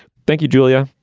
thank you, julia.